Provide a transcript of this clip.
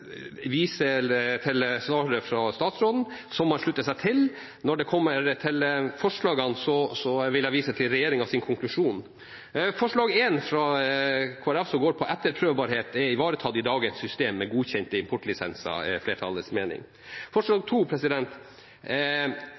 viser til svaret fra statsråden, som man slutter seg til. Når det gjelder forslagene, vil jeg vise til regjeringens konklusjon. Forslag nr. 2, fra Kristelig Folkeparti, som går på etterprøvbarhet, er ivaretatt i dagens system med godkjente importlisenser, er flertallets mening. Forslag